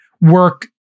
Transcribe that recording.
work